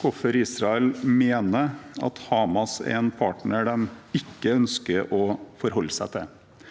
hvorfor Israel mener at Hamas er en partner de ikke ønsker å forholde seg til.